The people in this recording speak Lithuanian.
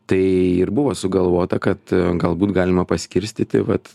tai ir buvo sugalvota kad galbūt galima paskirstyti vat